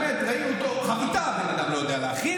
באמת, ראינו אותו, חביתה הבן אדם לא יודע להכין.